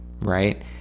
Right